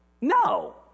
No